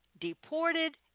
deported